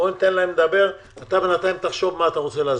בואו ניתן להם לדבר ואתה תחשוב בינתיים על מה שאתה רוצה להסביר,